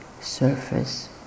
surface